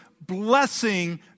blessing